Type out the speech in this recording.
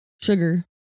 sugar